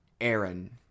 Aaron